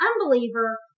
unbeliever